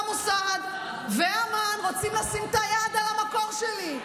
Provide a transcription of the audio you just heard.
והמוסד ואמ"ן רוצים לשים את היד על המקור שלי.